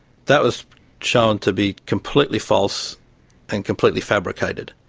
that was shown to be completely false and completely fabricated,